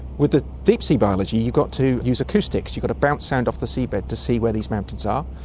with the deep sea biology you've got to use acoustics, you've got to bounce sound off the sea bed to see where these mountains are.